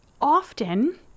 often